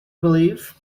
believe